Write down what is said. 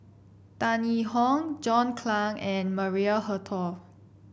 Tan Yee Hong John Clang and Maria Hertogh